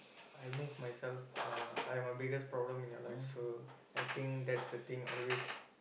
I move myself uh I'm the biggest problem in your life so I think that's the thing always